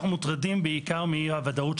אנחנו מוטרדים בעיקר באי-הוודאות,